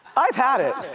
i've had it.